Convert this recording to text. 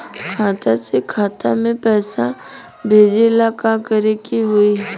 खाता से खाता मे पैसा भेजे ला का करे के होई?